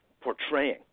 portraying